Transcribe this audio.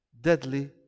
deadly